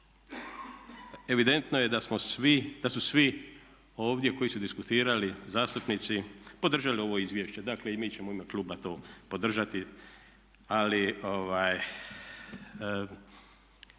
evidentno je da su svi ovdje koji su diskutirali zastupnici podržali ovo izvješće. Dakle i mi ćemo u ime kluba to podržati. Ali